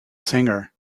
singer